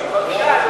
66,